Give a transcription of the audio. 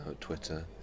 Twitter